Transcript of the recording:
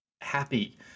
happy